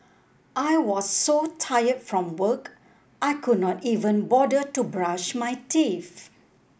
I was so tired from work I could not even bother to brush my teeth